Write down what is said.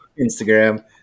Instagram